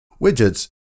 widgets